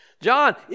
John